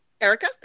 Erica